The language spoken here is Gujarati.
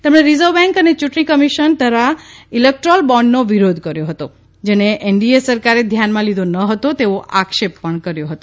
તેમણે રીઝર્વ બેન્ક અને ચૂંટણી કમિશન દ્વારા ઇલેક્ટ્રોલ બોન્ડનો વિરોધ કર્યો હતો જેને એનડીએ સરકારે ધ્યાનમાં લીદો ન હતો તેવો આક્ષેપ કર્યો હતો